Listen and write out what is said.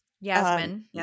Yasmin